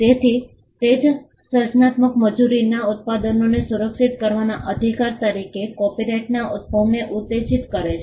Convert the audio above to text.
તેથી તે જ સર્જનાત્મક મજૂરીના ઉત્પાદનોને સુરક્ષિત કરવાના અધિકાર તરીકે કોપિરાઇટના ઉદભવને ઉત્તેજિત કરે છે